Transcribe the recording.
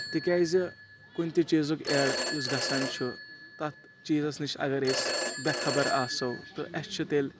تہِ کیٛازِ کُنہِ تہِ چیٖزُک ایڈ یُس گَژھان چھُ تتھ چیٖزس نِش اَگر أسۍ بےٚ خبر آسَو تہٕ اَسہِ چھُ تیٚلہِ